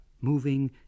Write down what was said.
moving